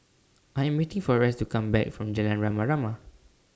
I Am waiting For Rice to Come Back from Jalan Rama Rama